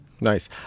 Nice